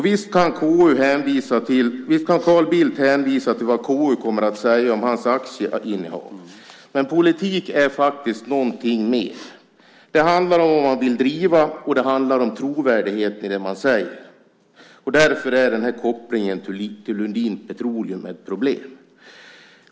Visst kan Carl Bildt hänvisa till vad KU kommer att säga om hans aktieinnehav. Men politik är faktiskt någonting mer. Det handlar om vad man vill driva, och det handlar om trovärdigheten i det man säger. Därför är den här kopplingen till Lundin Petroleum ett problem.